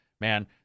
man